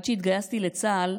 עד שהתגייסתי לצה"ל,